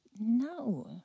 no